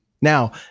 Now